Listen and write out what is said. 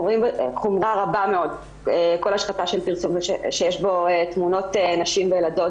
אנחנו רואים בחומרה רבה מאוד כל השחתה של פרסום שיש בו נשים וילדות,